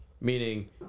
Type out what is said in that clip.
Meaning